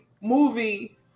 movie